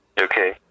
Okay